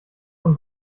von